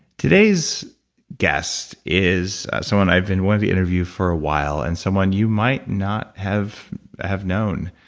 today's guest is someone i've been wanting to interview for a while, and someone you might not have have known.